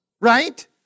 right